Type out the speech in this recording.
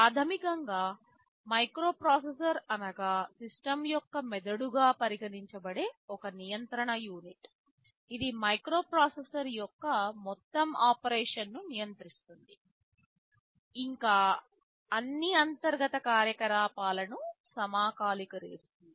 ప్రాథమికంగా మైక్రోప్రాసెసర్ అనగా సిస్టమ్ యొక్క మెదడుగా పరిగణించబడే ఒక నియంత్రణ యూనిట్ ఇది మైక్రోప్రాసెసర్ యొక్క మొత్తం ఆపరేషన్ను నియంత్రిస్తుంది ఇంకా అన్ని అంతర్గత కార్యకలాపాలను సమకాలీకరిస్తుంది